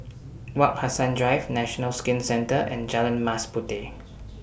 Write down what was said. Wak Hassan Drive National Skin Centre and Jalan Mas Puteh